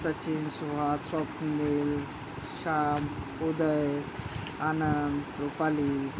Sachin Suhas Swapnil Shyam Uday Anand Rupali